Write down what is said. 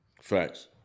Facts